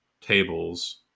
tables